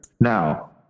Now